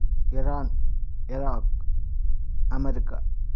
Iran Iraq America